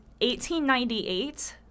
1898